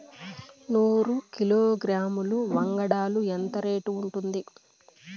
నూరు కిలోగ్రాముల వంగడాలు ఎంత రేటు ఉంటుంది?